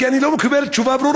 כי אני לא מקבל תשובה ברורה.